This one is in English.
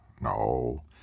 No